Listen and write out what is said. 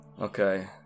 Okay